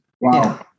Wow